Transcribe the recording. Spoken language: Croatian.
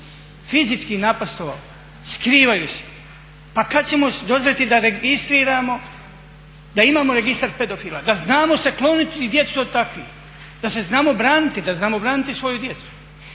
fizički napastvovao skrivaju se. Pa kad ćemo dozrijeti da registriramo, da imamo registar pedofila, da znamo se kloniti i djecu od takvih, da se znamo braniti, da znamo braniti svoju djecu.